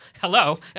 Hello